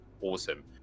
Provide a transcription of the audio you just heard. Awesome